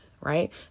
Right